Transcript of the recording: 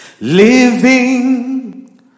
living